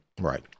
right